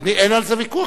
אין על זה ויכוח.